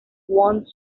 one